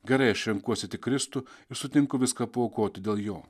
gerai aš renkuosi tik kristų ir sutinku viską paaukoti dėl jo